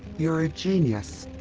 you're a genius!